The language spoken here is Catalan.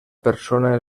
persona